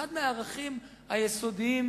הוא אחד הערכים היסודיים.